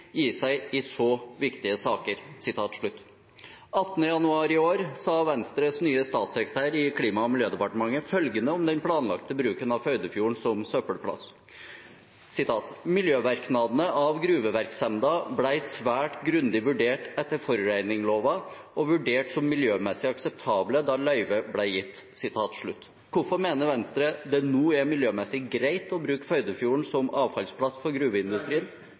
gi seg i så viktige saker». Den 18. januar sa Venstres nye statssekretær i Klima- og miljødepartementet følgende om den planlagte bruken av Førdefjorden som søppelplass: «Miljøverknadane av gruveverksemda blei svært grundig vurdert etter forureiningslova og vurdert som miljømessig akseptable da løyvet blei gitt.» Hvorfor mener Venstre det nå er miljømessig greit å bruke Førdefjorden som avfallsplass for gruveindustrien,